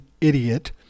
idiot